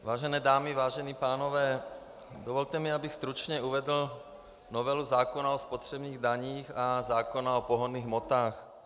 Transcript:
Vážené dámy, vážení pánové, dovolte mi, abych stručně uvedl novelu zákona o spotřebních daních a zákona o pohonných hmotách.